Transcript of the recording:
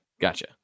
Gotcha